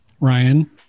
ryan